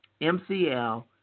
MCL